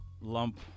lump